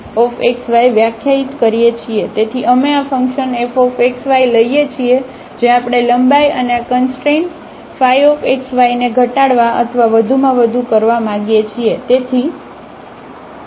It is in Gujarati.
તેથી અમે આ ફંક્શન fxy લઇએ છીએ જે આપણે લંબાઈ અને આ કંસટ્રેનϕxyને ઘટાડવા અથવા વધુમાં વધુ કરવા માંગીએ છીએ